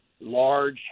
large